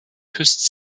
küsst